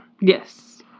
Yes